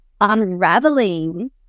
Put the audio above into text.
unraveling